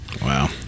Wow